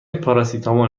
پاراسیتامول